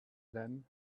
then